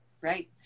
Right